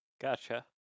Gotcha